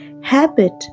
Habit